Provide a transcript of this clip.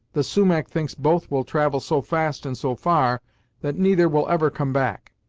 the sumach thinks both will travel so fast and so far that neither will ever come back.